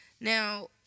Now